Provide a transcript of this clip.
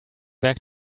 back